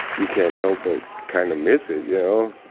you can't help but kind of miss it, you know.